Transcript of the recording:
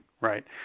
right